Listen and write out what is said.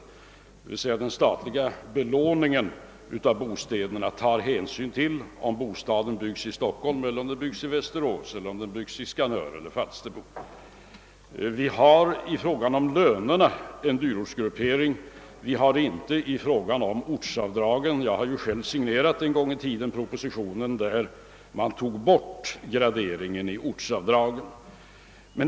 Detta innebär att den statliga belåningen av bostäderna tar hänsyn till om bostaden byggs i Stockholm eller om den byggs i Västerås, Skanör eller Falsterbo. I fråga om lönerna finns det en dyrortsgruppering men inte då det gäller ortsavdragen. Jag har själv en gång i tiden signerat den proposition, enligt vilken man tog bort graderingen av ortsavdragen.